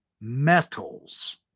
metals